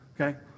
Okay